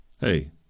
Hey